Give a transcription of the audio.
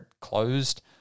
closed